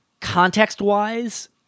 context-wise